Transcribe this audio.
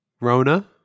rona